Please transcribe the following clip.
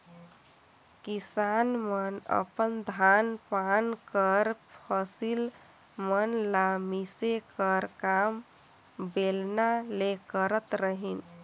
किसान मन अपन धान पान कर फसिल मन ल मिसे कर काम बेलना ले करत रहिन